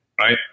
right